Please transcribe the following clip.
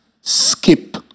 skip